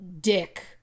dick